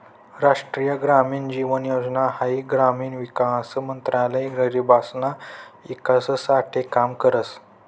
राष्ट्रीय ग्रामीण जीवन योजना हाई ग्रामीण विकास मंत्रालय गरीबसना ईकास साठे काम करस